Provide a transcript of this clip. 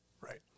Right